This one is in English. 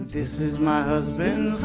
this is my husband